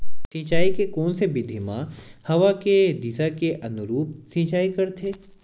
सिंचाई के कोन से विधि म हवा के दिशा के अनुरूप सिंचाई करथे?